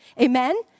Amen